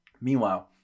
meanwhile